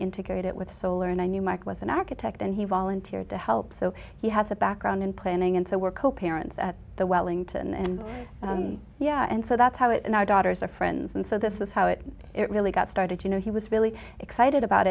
integrate it with solar and i knew mike was an architect and he volunteered to help so he has a background in planning and so we're co parents at the wellington and yeah and so that's how it in our daughters are friends and so this is how it really got started you know he was really excited about